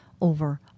over